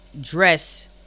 dress